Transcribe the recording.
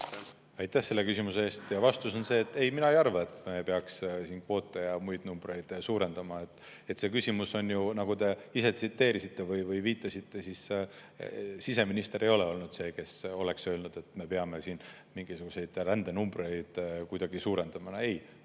Aitäh selle küsimuse eest! Vastus on, et ei, mina ei arva, et me peaksime kvoote ja muid numbreid suurendama. Küsimus on ju, nagu te ise tsiteerisite või viitasite … Siseminister ei ole olnud see, kes on öelnud, et me peame siin mingisuguseid rändenumbreid kuidagi suurendama. Ei,